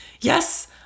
Yes